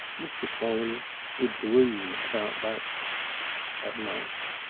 mr. polly would dream about that at nights.